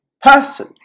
person